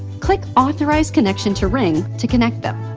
click authorized connection to ring to connect them.